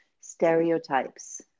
stereotypes